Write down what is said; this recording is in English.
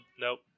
Nope